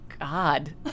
God